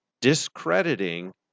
discrediting